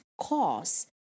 cause